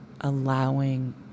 allowing